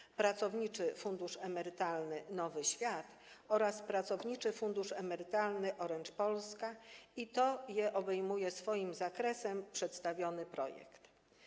Jest to Pracowniczy Fundusz Emerytalny Nowy Świat oraz Pracowniczy Fundusz Emerytalny Orange Polska i właśnie je obejmuje swoim zakresem przedstawiony projekt.